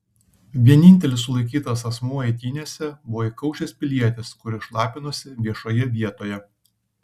vienintelis sulaikytas asmuo eitynėse buvo įkaušęs pilietis kuris šlapinosi viešoje vietoje